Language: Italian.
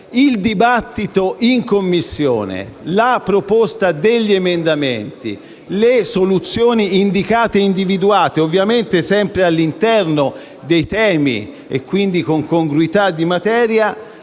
Il dibattito in Commissione, la presentazione degli emendamenti, le soluzioni indicate e individuate, ovviamente sempre all'interno dei temi e quindi con congruità di materia,